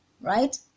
right